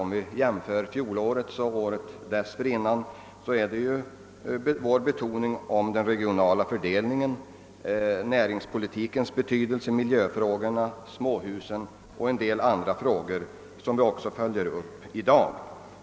Om vi jämför reservationerna de två senaste åren framgår det att vi har betonat den regionala fördelningen, näringspolitikens betydelse, miljöfrågorna, småhusbyggandet och en del andra frågor som vi också följer upp i dag.